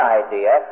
idea